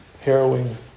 harrowing